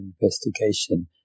investigation